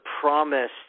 promised